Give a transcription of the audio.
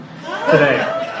today